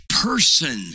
person